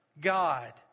God